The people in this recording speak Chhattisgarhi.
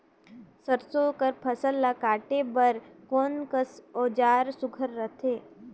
सरसो कर फसल ला काटे बर कोन कस औजार हर सुघ्घर रथे?